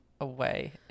away